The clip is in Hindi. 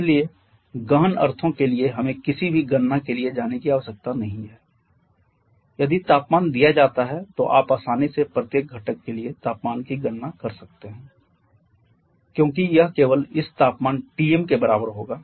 इसलिए गहन अर्थों के लिए हमें किसी भी गणना के लिए जाने की आवश्यकता नहीं है यदि तापमान दिया जाता है तो आप आसानी से प्रत्येक घटक के लिए तापमान की गणना कर सकते हैं क्योंकि यह केवल इस तापमान Tm के बराबर होगा